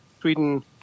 Sweden